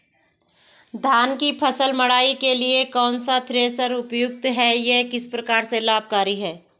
धान की फसल मड़ाई के लिए कौन सा थ्रेशर उपयुक्त है यह किस प्रकार से लाभकारी है?